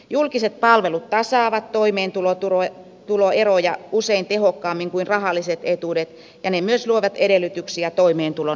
julkiset palvelut tasaavat toimeentuloeroja usein tehokkaammin kuin rahalliset etuudet ja ne myös luovat edellytyksiä toimeentulon hankkimiselle